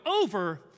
over